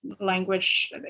language